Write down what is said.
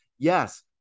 Yes